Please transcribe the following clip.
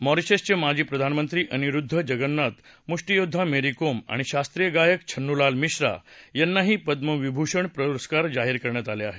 मॉरिशसचे माजी प्रधानमंत्री अनिरुद्ध जगन्नाथ मुष्टीयोद्वा मेरी कोम आणि शास्त्रीय गायक छन्नूलाल मिश्रा यांनाही पद्मविभूषण पुरस्कार जाहीर करण्यात आले आहे